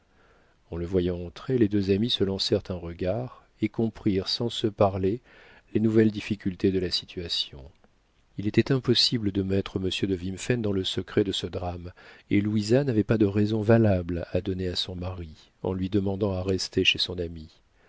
en le voyant entrer les deux amies se lancèrent un regard et comprirent sans se parler les nouvelles difficultés de la situation il était impossible de mettre monsieur de wimphen dans le secret de ce drame et louisa n'avait pas de raisons valables à donner à son mari en lui demandant à rester chez son amie